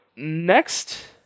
Next